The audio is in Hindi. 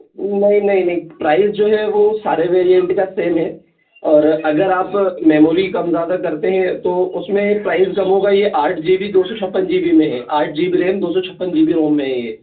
नहीं नहीं नहीं प्राइस जो है वो सारे वेरिएंट का सेम है और अगर आप मैमोरी कम ज़्यादा करते हैं तो उसमें प्राइस कम होगा ये आठ जी बी दो सौ छप्पन जी बी में है आठ बी रैम दो सौ छप्पन जी बी रोम में है ये